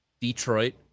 Detroit